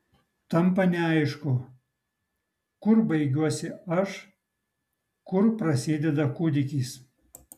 tampa neaišku kur baigiuosi aš kur prasideda kūdikis